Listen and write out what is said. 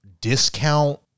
discount